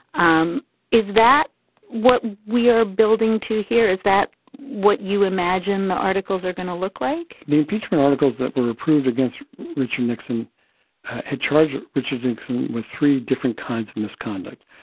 um is that what we are building to hear? is that what you imagine the articles are going to look like? the impeachment articles that were approved against richard nixon had charge. richard nixon were three different kinds of misconduct.